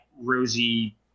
rosy